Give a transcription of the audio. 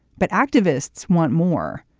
but activists want more.